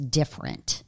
different